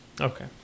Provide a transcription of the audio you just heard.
Okay